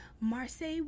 Marseille